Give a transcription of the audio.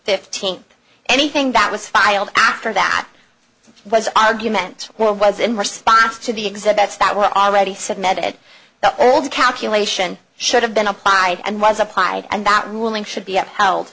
fifteen anything that was filed after that was argument well was in response to the exhibits that were already submitted the old calculation should have been applied and was applied and that ruling